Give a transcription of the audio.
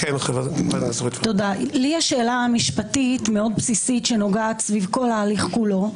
לי יש שאלה משפטית מאוד בסיסית סביב כל ההליך כולו.